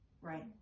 Right